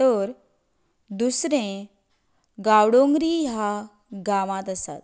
तर दुसरें गांवडोंगरी ह्या गांवांत आसा